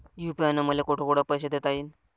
UPI न मले कोठ कोठ पैसे देता येईन?